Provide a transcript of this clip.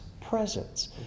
presence